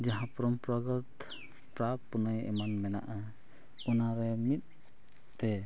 ᱡᱟᱦᱟᱸ ᱯᱚᱨᱚᱢᱯᱚᱨᱟᱜᱚᱛ ᱯᱟᱨᱟᱵᱽ ᱯᱩᱱᱟᱹᱭ ᱮᱢᱟᱱ ᱢᱮᱱᱟᱜᱼᱟ ᱚᱱᱟ ᱨᱮ ᱢᱤᱫ ᱛᱮ